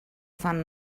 fan